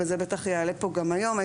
וזה בטח יעלה פה גם היום,